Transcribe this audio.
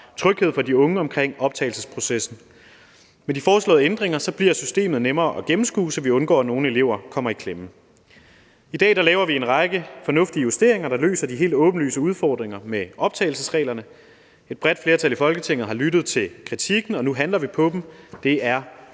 tryghed for de unge omkring optagelsesprocessen. Med de foreslåede ændringer bliver systemet nemmere at gennemskue, så vi undgår, at nogle elever kommer i klemme. I dag laver vi en række fornuftige justeringer, der løser de helt åbenlyse udfordringer med optagelsesreglerne. Et bredt flertal i Folketinget har lyttet til kritikken, og nu handler vi på den. Det er